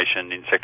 insect